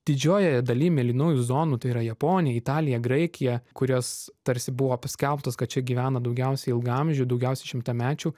didžiojoje daly mėlynųjų zonų tai yra japonija italija graikija kurios tarsi buvo paskelbtos kad čia gyvena daugiausia ilgaamžių daugiausiai šimtamečių